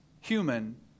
human